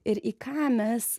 ir į ką mes